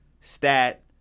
Stat